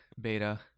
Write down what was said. beta